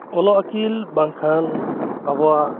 ᱚᱞᱚᱜ ᱟᱹᱠᱤᱞ ᱵᱟᱝᱠᱷᱟᱱ ᱟᱵᱚᱣᱟᱜ